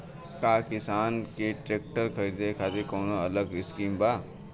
का किसान के ट्रैक्टर खरीदे खातिर कौनो अलग स्किम बा?